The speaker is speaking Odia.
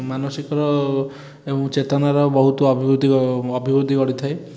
ମାନସିକ ଏବଂ ଚେତନାର ବହୁତ ଅଭିବୃଦ୍ଧି ଅଭିବୃଦ୍ଧି ଘଟିଥାଏ